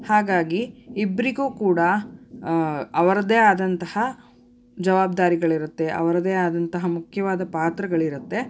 ಹಾಗಾಗಿ ಇಬ್ಬರಿಗೂ ಕೂಡ ಅವರದ್ದೇ ಆದಂತಹ ಜವಾಬ್ದಾರಿಗಳಿರುತ್ತೆ ಅವರದೇ ಆದಂತಹ ಮುಖ್ಯವಾದ ಪಾತ್ರಗಳಿರುತ್ತೆ